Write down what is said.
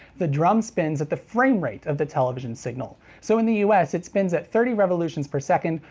the drum spins at the frame rate of the television signal, so in the us it spins at thirty revolutions per second,